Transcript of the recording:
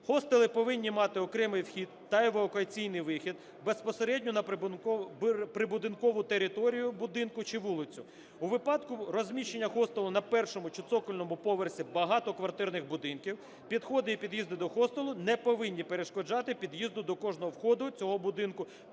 Хостели повинні мати окремий вхід та евакуаційний вихід безпосередньо на прибудинкову територію будинку чи вулицю. У випадку розміщення хостелу на першому чи цокольному поверсі багатоквартирних будинків, підходи і під'їзди до хостелу не повинні перешкоджати під'їзду до кожного входу цього будинку